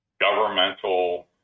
governmental